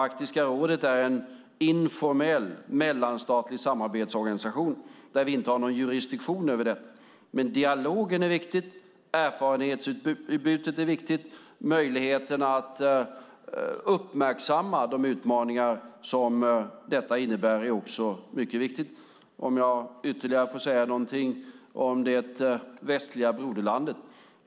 Arktiska rådet är en informell mellanstatlig samarbetsorganisation där vi inte har någon jurisdiktion över detta. Men dialogen är viktig, erfarenhetsutbytet är viktigt och möjligheterna att uppmärksamma de utmaningar som detta innebär är också mycket viktiga. Låt mig säga något ytterligare om det västliga broderlandet.